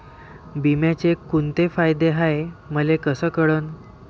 बिम्याचे कुंते फायदे हाय मले कस कळन?